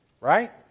Right